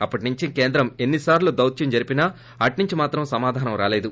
అప్పటి నుండి కేంద్రం ఎన్ని సార్లు దౌత్యం జరిపిన అట్పుండి సమాధానం రాలేదు